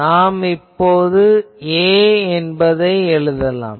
நாம் இப்போது A என்பதை எழுதலாம்